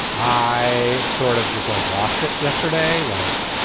i sort of just like lost it yesterday. like,